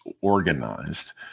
organized